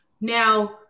now